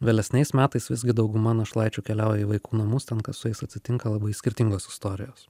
vėlesniais metais visgi dauguma našlaičių keliauja į vaikų namus ten kas su jais atsitinka labai skirtingos istorijos